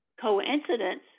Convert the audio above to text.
coincidence